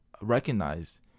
recognize